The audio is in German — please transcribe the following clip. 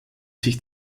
sich